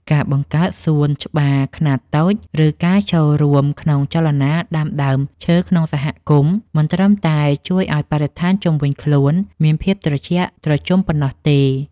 ការបង្កើតសួនច្បារខ្នាតតូច ឬការចូលរួមក្នុងចលនាដាំដើមឈើក្នុងសហគមន៍ មិនត្រឹមតែជួយឱ្យបរិស្ថានជុំវិញខ្លួនមានភាពត្រជាក់ត្រជុំប៉ុណ្ណោះទេ